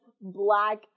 black